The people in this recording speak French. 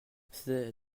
c’est